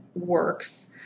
works